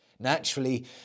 Naturally